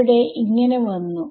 ഇവിടെ വന്നു